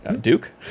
Duke